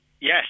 Yes